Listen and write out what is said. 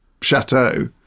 chateau